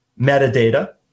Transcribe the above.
metadata